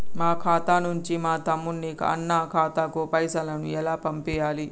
మా ఖాతా నుంచి మా తమ్ముని, అన్న ఖాతాకు పైసలను ఎలా పంపియ్యాలి?